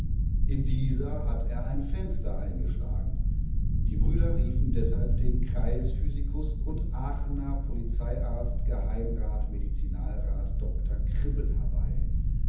in dieser hat er ein fenster eingeschlagen die brüder riefen deshalb den kreisphysikus und aachener polizeiarzt geh medizinalrat dr kribben herbei